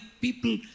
people